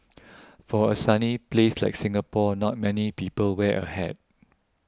for a sunny place like Singapore not many people wear a hat